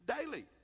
Daily